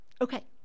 Okay